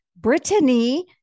Brittany